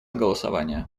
голосования